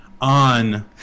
on